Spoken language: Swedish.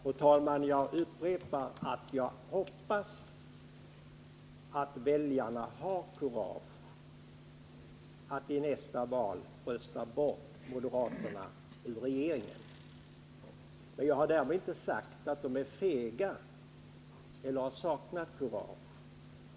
Fru talman! Jag upprepar att jag hoppas att väljarna har kurage att i nästa val rösta bort moderaterna ur regeringen. Jag har därmed inte sagt att väljarna är fega eller har saknat kurage.